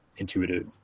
intuitive